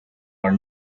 are